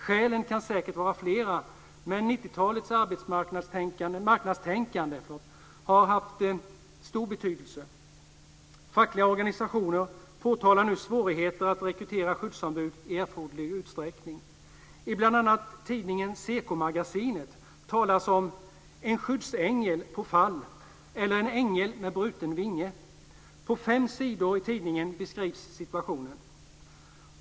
Skälen kan säkert vara flera, men 90-talets marknadstänkande har haft stor betydelse. Fackliga organisationer påtalar nu svårigheter att rekrytera skyddsombud i erforderlig utsträckning. I bl.a. tidningen SEKO-magasinet talas om en skyddsängel på fall eller en ängel med bruten vinge. På fem sidor i tidningen beskrivs situationen.